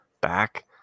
back